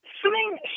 swimming